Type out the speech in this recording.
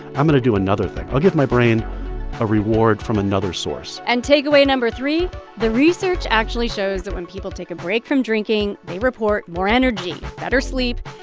i'm going to do another thing. i'll give my brain a reward from another source and takeaway no. three the research actually shows that when people take a break from drinking, they report more energy, better sleep,